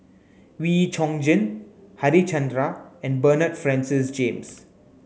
Wee Chong Jin Harichandra and Bernard Francis James